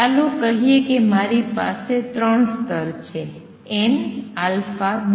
ચાલો કહીએ કે મારી પાસે ત્રણ સ્તર છે n α β